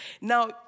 Now